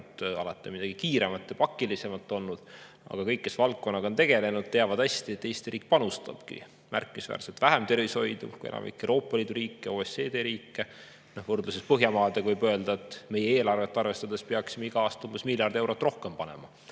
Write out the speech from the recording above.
Alati on midagi kiiremat ja pakilisemat olnud. Aga kõik, kes valdkonnaga on tegelenud, teavad hästi, et Eesti riik panustabki märkimisväärselt vähem tervishoidu kui enamik Euroopa Liidu riike, OECD riike. Võrdluses Põhjamaadega võib öelda, et meie eelarvet arvestades peaksime iga aasta umbes miljard eurot rohkem panema